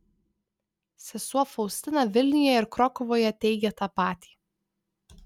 sesuo faustina vilniuje ir krokuvoje teigė tą patį